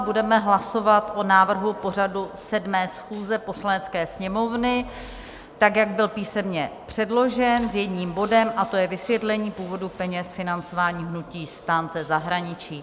Budeme hlasovat o návrhu pořadu 7. schůze Poslanecké sněmovny, tak jak byl písemně předložen s jedním bodem a tím je vysvětlení původu peněz financování hnutí STAN ze zahraničí.